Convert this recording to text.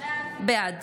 בעד